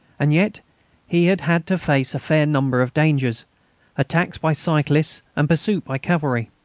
and yet he had had to face a fair number of dangers attacks by cyclists and pursuit by cavalry.